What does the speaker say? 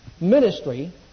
Ministry